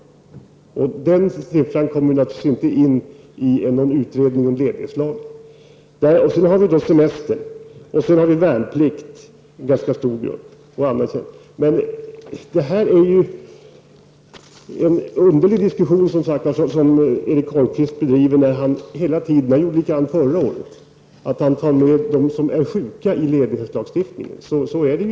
Den siffran kommer naturligtvis inte in i någon utredning om ledighetslagarna. Därtill kommer semester, värnpliktstjänstgöring -- en ganska stor grupp -- och andra saker. Det är som sagt en underlig diskussion som Erik Holmkvist bedriver -- han gjorde likadant förra året -- när han för in dem som är sjuka under ledighetslagstiftningen.